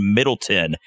Middleton